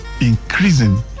increasing